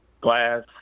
glass